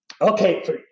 okay